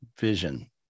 vision